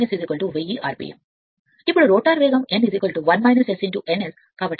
ఇప్పుడు రోటర్ వేగం n 1 S n S కాబట్టి 1 0